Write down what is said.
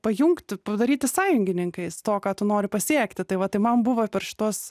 pajungti padaryti sąjungininkais to ką tu nori pasiekti tai va tai man buvo per šituos